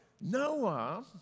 Noah